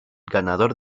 ganador